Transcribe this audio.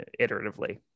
iteratively